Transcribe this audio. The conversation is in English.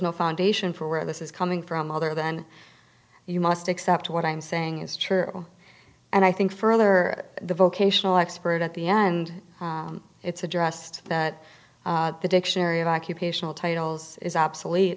no foundation for where this is coming from other than you must accept what i'm saying is true and i think further the vocational expert at the end it's addressed that the dictionary of occupational titles is obsolete